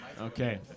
Okay